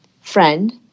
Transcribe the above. Friend